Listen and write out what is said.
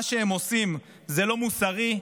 מה שהם עושים זה לא מוסרי,